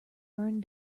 burned